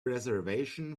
reservation